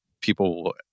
people